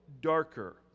darker